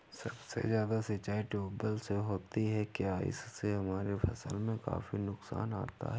सबसे ज्यादा सिंचाई ट्यूबवेल से होती है क्या इससे हमारे फसल में काफी नुकसान आता है?